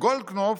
שגולדקנופ